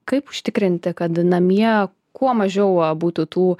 kaip užtikrinti kad namie kuo mažiau būtų tų